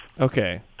Okay